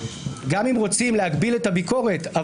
גם אם רוצים להגביל את הביקורת,